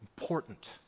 Important